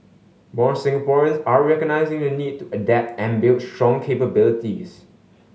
more Singaporeans are recognising the need to adapt and build strong capabilities